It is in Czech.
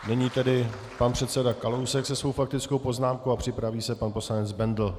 Nyní tedy pan předseda Kalousek se svou faktickou poznámkou a připraví se pan poslanec Bendl.